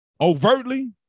overtly